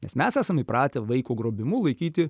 nes mes esam įpratę vaiko grobimu laikyti